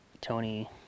Tony